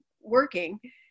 working